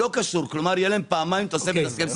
לא קשור, כלומר יהיה להם פעמיים תוספת שכר.